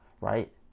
right